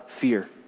fear